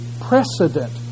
precedent